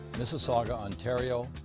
mississauga, ontario,